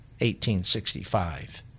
1865